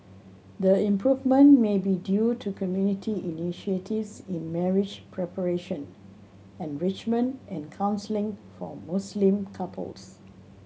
the improvement may be due to community initiatives in marriage preparation enrichment and counselling for Muslim couples